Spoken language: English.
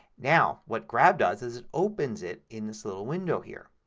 now what grab does is it opens it in this little window here.